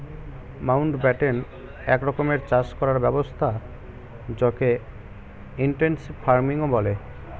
Mountbatten এক রকমের চাষ করার ব্যবস্থা যকে ইনটেনসিভ ফার্মিংও বলে